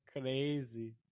crazy